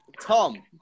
Tom